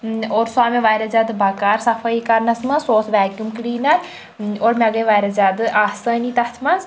اور سُہ آو مےٚ واریاہ زیادٕ بکار صفٲیی کَرنَس منٛز سُہ اوس ویکیٛوٗم کلیٖنر اۭں اور مےٚ گٔے واریاہ زیادٕ آسٲنی تَتھ منٛز